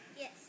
Yes